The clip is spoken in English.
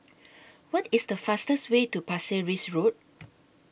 What IS The fastest Way to Pasir Ris Road